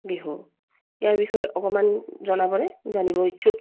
বিহু ইয়াৰ বিষয়ে অকণমান জনাবনে জানিব ইচ্ছুক